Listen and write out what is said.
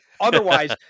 otherwise